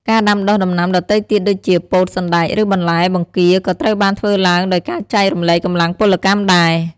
ការដាំដុះដំណាំដទៃទៀតដូចជា ពោត សណ្ដែក ឬបន្លែបង្ការក៏ត្រូវបានធ្វើឡើងដោយការចែករំលែកកម្លាំងពលកម្មដែរ។